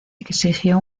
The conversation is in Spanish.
exigió